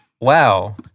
Wow